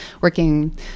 working